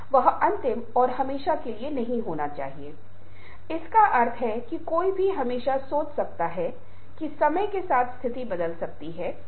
हमने कुछ नए क्षेत्रों के बारे में बात की है जो आम तौर पर कई सॉफ्ट स्किल प्रोग्राम का हिस्सा नहीं होते हैं लेकिन हमने सोचा कि वे प्रासंगिक थे